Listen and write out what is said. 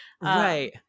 right